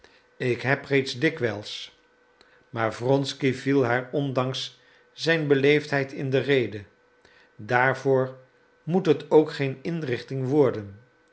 ik heb reeds dikwijls maar wronsky viel haar ondanks zijn beleefdheid in de rede daarvoor moet het ook geen inrichting worden